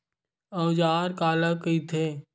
औजार काला कइथे?